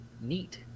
Neat